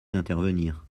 d’intervenir